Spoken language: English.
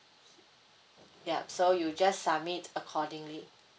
yup so you just submit accordingly